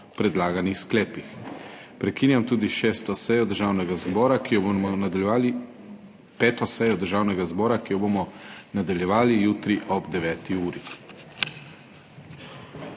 predlaganih sklepih. Prekinjam tudi 5. sejo Državnega zbora, ki jo bomo nadaljevali jutri ob 9.